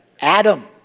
Adam